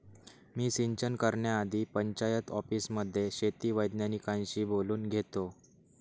मी सिंचन करण्याआधी पंचायत ऑफिसमध्ये शेती वैज्ञानिकांशी बोलून घेतो